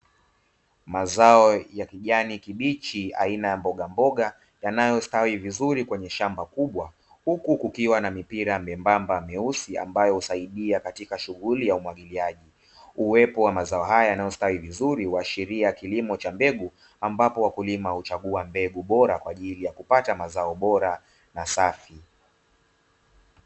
Mazao ya kijani kibichi aina ya mboga mboga yanayostawi vizuri kwenye shamba kubwa, huku kukiwa na mipira myembamba myeusi ambayo husaidia katika shughuli ya umwagiliaji, uwepo wa mazao haya yanayostawi vizuri huadhiria kilimo cha mbegu ambapo wakulima huchagua mbegu bora kwa ajili ya kupata mazao bora na safi.